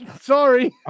Sorry